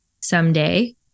someday